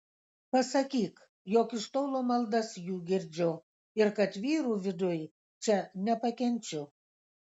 pasakyk jog iš tolo maldas jų girdžiu ir kad vyrų viduj čia nepakenčiu